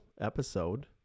episode